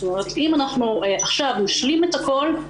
אם אנחנו עכשיו נשלים את הכול,